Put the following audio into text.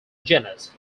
genus